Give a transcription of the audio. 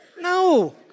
No